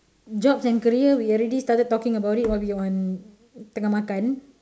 jobs and career we already started talking about it while we on tengah makan